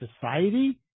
society